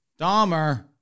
Dahmer